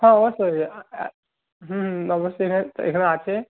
হ্যাঁ অবশ্যই হুম অবশ্যই এখানে আছে